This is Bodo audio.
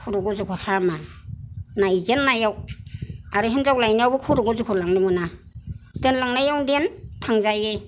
खर' गज'खौ हामा नायजेननायाव आरो हिनजाव लायनायावबो खर' गज'खौ लांनो मोना दोनलांनायाव दोन थांजायो